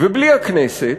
ובלי הכנסת,